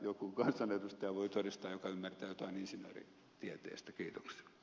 joku kansanedustaja voi todistaa joka ymmärtää jotain insinööritieteestä